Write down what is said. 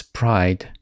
pride